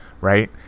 right